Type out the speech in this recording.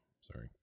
Sorry